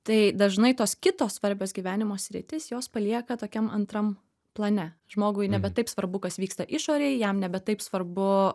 tai dažnai tos kitos svarbios gyvenimo sritys jos palieka tokiam antram plane žmogui nebe taip svarbu kas vyksta išorėj jam nebe taip svarbu